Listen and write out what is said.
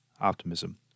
optimism